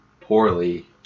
poorly